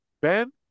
Ben